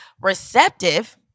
receptive